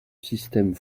système